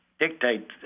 dictate